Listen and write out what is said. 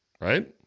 Right